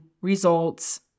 results